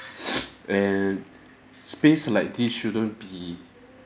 and space like this shouldn't be